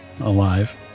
alive